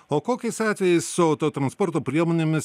o kokiais atvejais su autotransporto priemonėmis